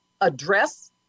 address